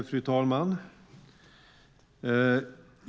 Fru talman!